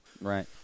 Right